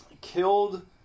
Killed